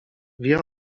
wie